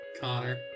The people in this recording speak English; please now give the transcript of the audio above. Connor